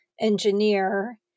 engineer